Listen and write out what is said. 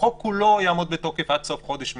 החוק כולו יעמוד בתוקף עד סוף חודש מרס,